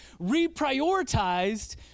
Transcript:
reprioritized